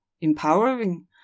empowering